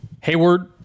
Hayward